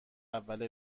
اول